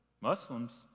Muslims